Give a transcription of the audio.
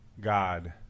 God